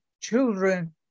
children